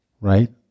right